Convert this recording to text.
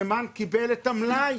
קיבל את המלאי